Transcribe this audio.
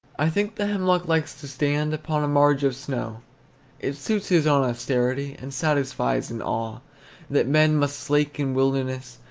i think the hemlock likes to stand upon a marge of snow it suits his own austerity, and satisfies an awe that men must slake in wilderness,